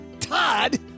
Todd